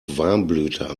warmblüter